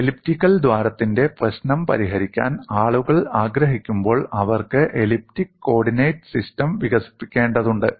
elliptical ദ്വാരത്തിന്റെ പ്രശ്നം പരിഹരിക്കാൻ ആളുകൾ ആഗ്രഹിക്കുമ്പോൾ അവർക്ക് എലിപ്റ്റിക് കോർഡിനേറ്റ് സിസ്റ്റം വികസിപ്പിക്കേണ്ടതുണ്ട്